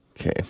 Okay